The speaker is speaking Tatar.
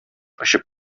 очып